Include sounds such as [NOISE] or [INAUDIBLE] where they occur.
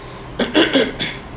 [COUGHS]